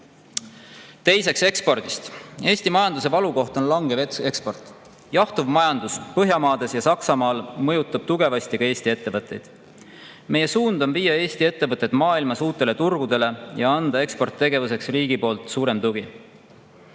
Teiseks ekspordist. Eesti majanduse valukoht on langev eksport. Jahtuv majandus Põhjamaades ja Saksamaal mõjutab tugevasti ka Eesti ettevõtteid. Meie suund on viia Eesti ettevõtted maailmas uutele turgudele ja anda eksporditegevuseks riigi poolt suurem tugi.